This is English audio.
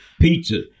pizza